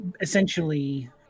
essentially